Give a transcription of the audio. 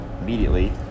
immediately